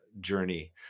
journey